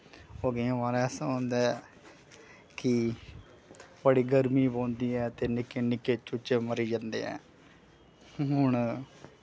और केईं बार ऐसा होंदा ऐ कि बड़ी गर्मी पौंदी ऐ ते निक्के निक्के चूचे मरी जंदे ऐं हून